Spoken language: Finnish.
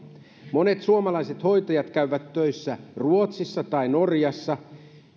monet suomalaiset hoitajat käyvät töissä ruotsissa tai norjassa